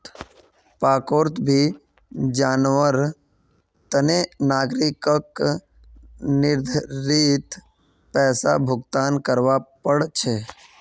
पार्कोंत भी जवार तने नागरिकक निर्धारित पैसा भुक्तान करवा पड़ छे